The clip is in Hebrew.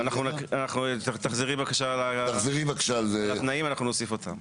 אנחנו, תחזרי בבקשה על התנאים, אנחנו נוסיף אותם.